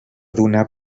donar